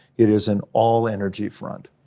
it is an all energy front.